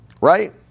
right